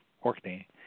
Orkney